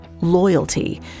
loyalty